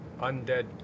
undead